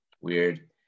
weird